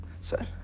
sir